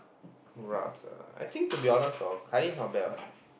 rabs ah I think to be honest hor Kai-Li is not bad [what]